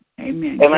Amen